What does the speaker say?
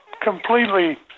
completely